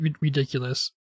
ridiculous